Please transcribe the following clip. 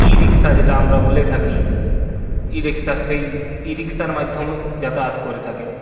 ই rickshaw যেটা আমরা বলে থাকি ই রিক্সার সেই ই রিক্সার মাধ্যমেও যাতায়াত করে থাকে